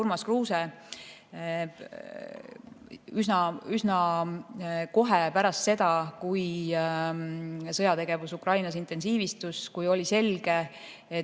Urmas Kruuse üsna kohe pärast seda, kui sõjategevus Ukrainas intensiivistus, kui oli selge, et